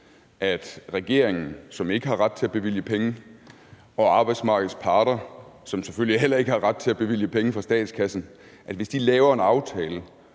regeringen, som ikke har ret til at bevilge penge, og arbejdsmarkedets parter, som selvfølgelig heller ikke har ret til at bevilge penge fra statskassen, laver en aftale,